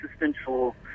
existential